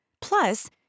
Plus